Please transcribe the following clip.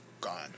gone